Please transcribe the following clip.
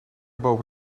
boven